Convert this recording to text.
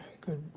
good